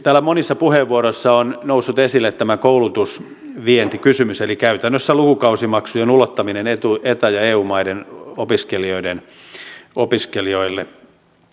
täällä monissa puheenvuoroissa on noussut esille tämä koulutusvientikysymys eli käytännössä lukukausimaksujen ulottaminen eta ja eu maiden opiskelijoille